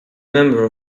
member